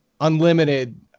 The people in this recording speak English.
unlimited